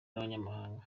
n’abanyamahanga